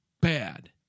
bad